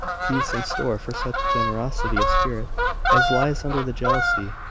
peace in store for such generosity of spirit as lies under the jealousy,